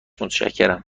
متشکرم